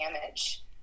damage